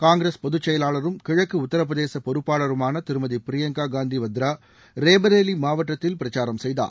காங்கிரஸ் பொதுச்செயலாளரும் கிழக்கு உத்தரட்பிரதேச பொறுப்பாளருமான திருமதி பிரியங்கா காந்தி வத்ரா ரேபரேலி மாவட்டத்தில் பிரச்சாரம் செய்தார்